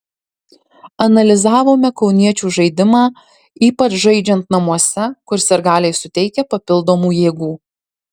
analizavome kauniečių žaidimą ypač žaidžiant namuose kur sirgaliai suteikia papildomų jėgų